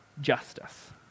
justice